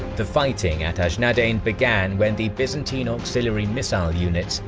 the fighting at ah ajnadayn began when the byzantine auxiliary missile units,